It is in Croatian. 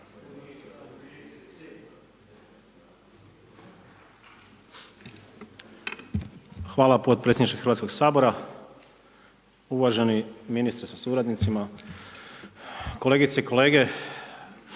Hvala potpredsjedniče Hrvatskog sabora. Uvaženi ministre sa suradnicima, kolegice i kolege.